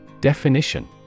Definition